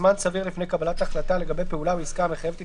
זמן סביר לפני קבלת החלטה לגבי פעולה או עסקה המחייבת את